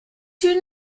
two